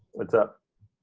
what's up?